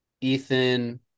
ethan